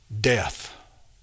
Death